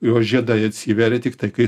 jos žiedai atsiveria tiktai kai